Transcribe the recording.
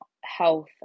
health